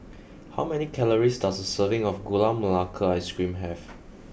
how many calories does a serving of Gula Melaka ice cream have